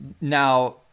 Now